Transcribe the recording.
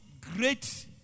great